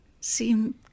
seem